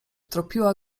tropiła